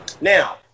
Now